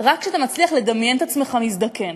רק כשאתה מצליח לדמיין את עצמך מזדקן,